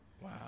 Wow